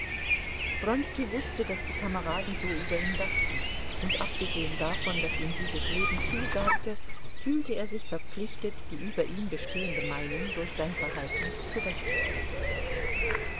wronski wußte daß die kameraden so über ihn dachten und abgesehen davon daß ihm dieses leben zusagte fühlte er sich verpflichtet die über ihn bestehende meinung durch sein verhalten zu rechtfertigen